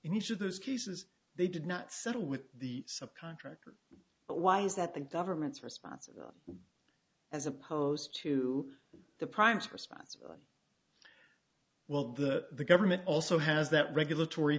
in each of those cases they did not settle with the subcontractor but why is that the government's responsibility as opposed to the prime response well the government also has that regulatory